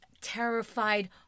terrified